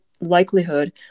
likelihood